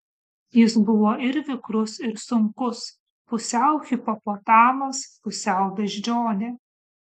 jis buvo ir vikrus ir sunkus pusiau hipopotamas pusiau beždžionė